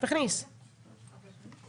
נקבעו